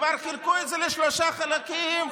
כבר חילקו את זה לשלושה חלקים,